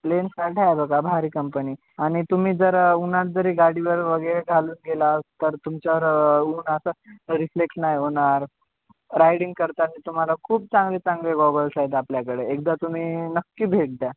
लेन्सकार्ट आहे बघा भारी कंपनी आणि तुम्ही जर उ ऊन जरी गाडीवरवगैरे घालून गेला तर तुमच्यावर ऊन असं रिफ्लेक्ट नाही होणार रायडिंग करताना तुम्हाला खूप चांगले चांगले गॉगल्स आहेत आपल्याकडे एकदा तुम्ही नक्की भेट द्या